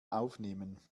aufnehmen